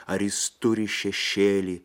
ar jis turi šešėlį